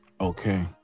okay